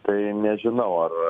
tai nežinau ar